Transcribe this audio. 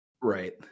right